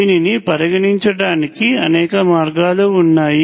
దీనిని పరిగణించడానికి అనేక మార్గాలు ఉన్నాయి